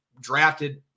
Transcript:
drafted